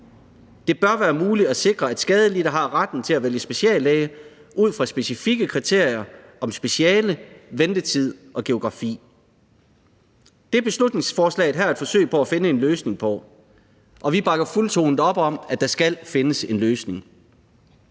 Det bør være muligt at sikre, at skadelidte har retten til at vælge speciallæge ud fra specifikke kriterier vedrørende speciale, ventetid og geografi. Det er beslutningsforslaget her et forsøg på at finde en løsning på. Vi bakker fuldtonet op om, at der skal findes løsning.